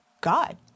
God